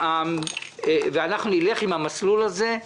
אנחנו נלך במסלול הזה.